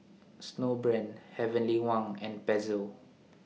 Snowbrand Heavenly Wang and Pezzo